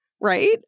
right